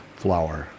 flower